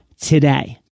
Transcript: today